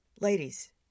Ladies